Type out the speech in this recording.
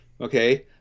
okay